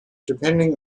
depending